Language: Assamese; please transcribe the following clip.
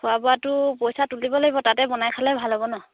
খোৱা বোৱাটো পইচা তুলিব লাগিব তাতে বনাই খালে ভাল হ'ব নহ্